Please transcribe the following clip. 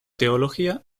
teología